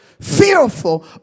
fearful